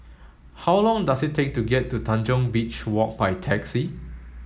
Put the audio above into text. how long does it take to get to Tanjong Beach Walk by taxi